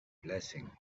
blessing